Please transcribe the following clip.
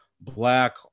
black